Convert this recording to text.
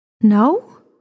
No